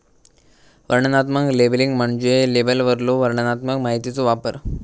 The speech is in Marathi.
वर्णनात्मक लेबलिंग म्हणजे लेबलवरलो वर्णनात्मक माहितीचो वापर